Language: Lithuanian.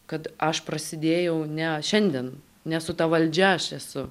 kad aš prasidėjau ne šiandien ne su ta valdžia aš esu